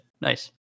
nice